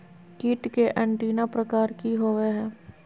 कीट के एंटीना प्रकार कि होवय हैय?